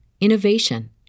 innovation